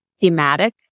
thematic